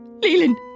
Leland